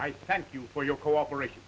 i thank you for your cooperation